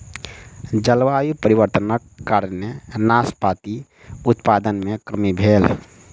जलवायु परिवर्तनक कारणेँ नाशपाती उत्पादन मे कमी भेल